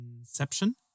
Inception